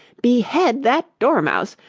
behead that dormouse!